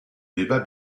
débat